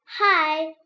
Hi